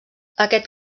aquest